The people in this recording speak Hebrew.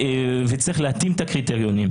צריך להתאים את הקריטריונים.